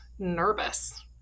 nervous